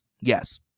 Yes